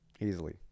easily